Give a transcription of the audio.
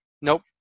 Nope